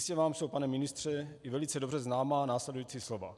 Jistě vám jsou, pane ministře, i velice dobře známá následující slova.